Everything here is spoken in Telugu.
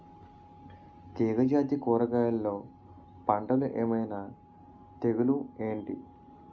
తీగ జాతి కూరగయల్లో పంటలు ఏమైన తెగులు ఏంటి?